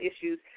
issues